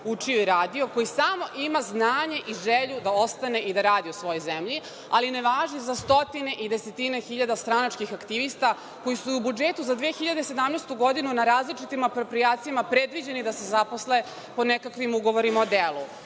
učio i radio, koji samo ima znanje i želju da ostane i da radi u svojoj zemlji, ali ne važi za stotine i desetine hiljada stranačkih aktivista koji su u budžetu za 2017. godinu, na različitim aproprijacijama, predviđeni da se zaposle po nekakvim ugovorima o delu.